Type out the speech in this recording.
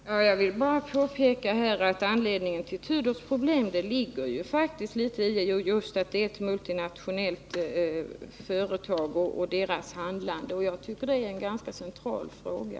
Herr talman! Jag vill bara påpeka att anledningen till Tudors problem ligger bl.a. i just att det är ett multinationellt företag och det handlande som följer av det. Jag tycker att det är en ganska central fråga.